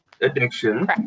addiction